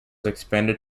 expanded